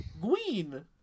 Green